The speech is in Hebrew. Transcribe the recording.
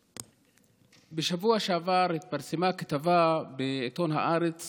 בשבוע שעבר התפרסמה כתבה בעיתון הארץ